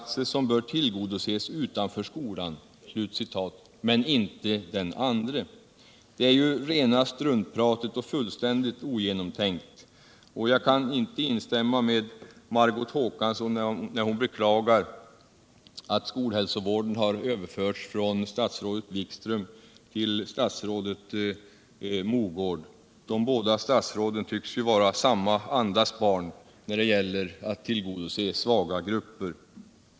Det är ju rena struntpratet och fullständigt ogenomtänkt. Jag kan inte instämma med Margot Håkansson när hon beklagar att skolhälsovården har överförts från statsrådet Wikström till statsrädet Mogård —- det båda statsråden tycks vara samma andas barn när det gäller viljan att tillgodose svaga gruppers behov!